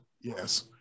yes